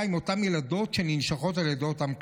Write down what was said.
עם אותן ילדות שננשכות על ידי אותם כלבים.